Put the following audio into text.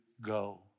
go